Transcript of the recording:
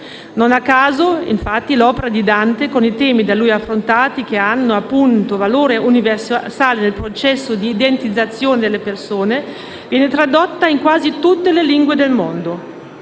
Non a caso, infatti, l'opera di Dante, con i temi da lui affrontati, che hanno appunto valore universale nel processo di identificazione delle persone, viene tradotta in quasi tutte le lingue del mondo.